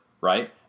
right